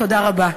תודה רבה.